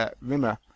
Rimmer